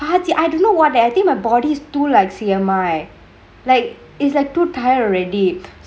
at the I didn't know what they I think my body's to like siew I like it's like too tired already